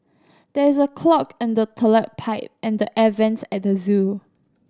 there is a clog in the toilet pipe and the air vents at the zoo